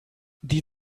die